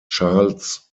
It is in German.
charles